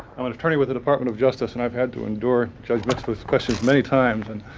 i'm an attorney with the department of justice and i've had to endure judge mikva's questions many times. and,